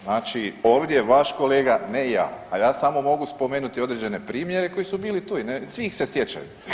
Znači ovdje vaš kolega, ne ja, a ja samo mogu spomenuti određene primjere koji su bili tu i svi ih se sjećaju.